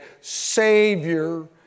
Savior